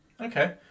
Okay